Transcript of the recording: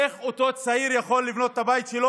איך אותו צעיר יכול לבנות את הבית שלו